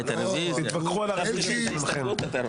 תתווכחו על הרביזיה בינכם.